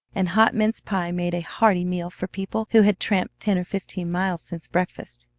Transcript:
and hot mince pie made a hearty meal for people who had tramped ten or fifteen miles since breakfast.